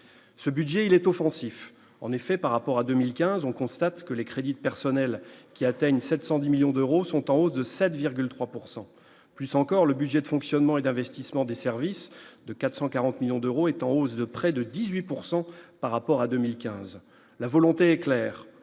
ce budget il est offensif, en effet, par rapport à 2015 on constate que les crédits personnels qui atteignent 710 millions d'euros sont en hausse de 7,3 pourcent plus encore le budget de fonctionnement et d'investissement, des services de 440 millions d'euros, est en hausse de près de 18 pourcent par rapport à 2015 la volonté claire